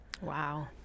Wow